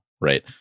Right